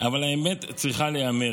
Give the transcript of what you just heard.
אבל האמת צריכה להיאמר: